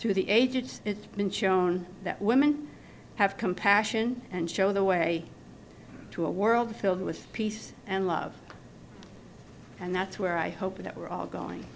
through the ages it's been shown that women have compassion and show the way to a world filled with peace and love and that's where i hope that we're all going